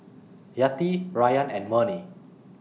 Yati Rayyan and Murni